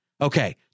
Okay